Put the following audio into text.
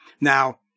Now